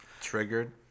Triggered